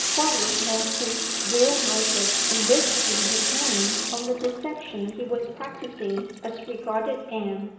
what was manston's real motive in risking his name on the deception he was practising as regarded anne.